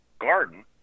garden